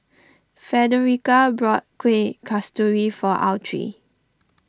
Fredericka bought Kuih Kasturi for Autry